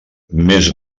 més